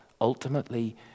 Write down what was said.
ultimately